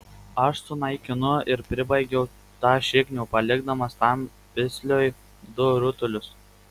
aš sunaikinu ir pribaigiu tą šiknių palikdamas tam pisliui du rutulius